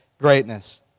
greatness